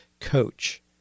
coach